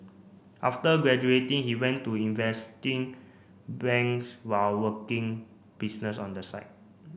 after graduating he went to investing banks while working business on the side